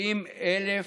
70,000,